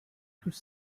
could